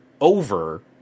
over